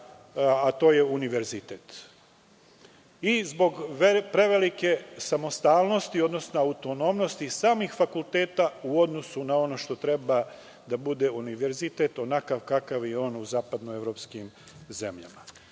a to je univerzitet i zbog prevelike samostalnosti, odnosno autonomnosti samih fakulteta u odnosu na ono što treba da bude univerzitet, onakav kakav je on u zapadnoevropskim zemljama. Moram